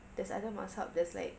there's other mazhab that's like